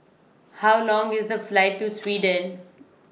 How Long IS The Flight to Sweden